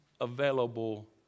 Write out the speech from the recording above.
available